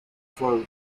flows